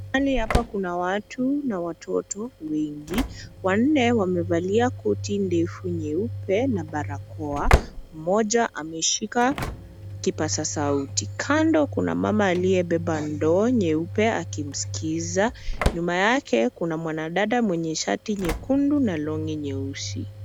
Mahali hapa kuna watu na watoto wengi. Wanne wamevalia koti ndefu nyeupe na barakoa. Mmoja ameshika kipasa sauti. Kando kuna mama aliyebeba ndoo nyeupe akimsikiza. Nyuma yake kuna mwanadada mwenye shati nyekundu , na longi nyeusi.